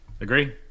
agree